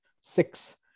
six